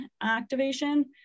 activation